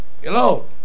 Hello